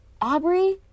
Aubrey